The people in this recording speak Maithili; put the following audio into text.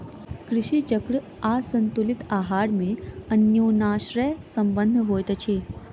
कृषि चक्र आसंतुलित आहार मे अन्योनाश्रय संबंध होइत छै